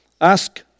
Ask